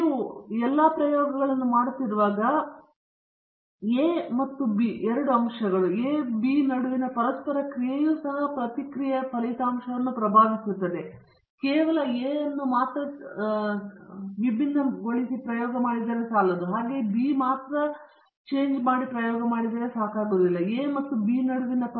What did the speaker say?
ನೀವು ಒಳಗೊಂಡಿರುವ ಪ್ರಯೋಗಗಳನ್ನು ಮಾಡುತ್ತಿರುವಾಗ ಎ ಮತ್ತು ಬಿ ಎರಡು ಅಂಶಗಳು ಎ ಬಿ ನಡುವಿನ ಪರಸ್ಪರ ಕ್ರಿಯೆಯೂ ಸಹ ಪ್ರತಿಕ್ರಿಯೆಯ ಫಲಿತಾಂಶವನ್ನು ಪ್ರಭಾವಿಸುತ್ತದೆ ಎಂದು ನಾವು ಹೇಳೋಣ